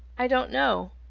i don't know.